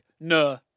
no